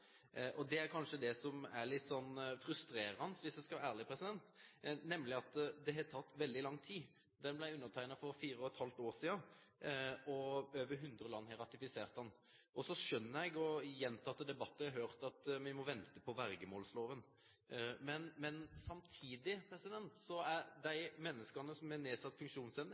Hvis jeg skal være ærlig, så er det litt frustrerende at det har tatt veldig lang tid. Den ble undertegnet for fire og et halvt år siden, og over hundre land har ratifisert den. Jeg skjønner – og har hørt i gjentatte debatter – at vi må vente på vergemålsloven. Men samtidig: De menneskene som har nedsatt funksjonsevne,